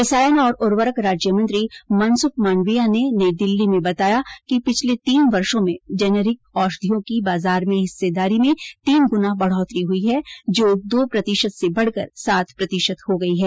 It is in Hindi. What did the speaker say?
रसायन और उर्वरक राज्य मंत्री मनसुख मांडविया ने नई दिल्ली में बताया कि पिछले तीन वर्षो में जेनेरिक औषधियों की बाजार में हिर्स्सदारी में तीन गुना बढ़ोतरी हई है जो दो प्रतिशत से बढ़कर सात प्रतिशत हो गई है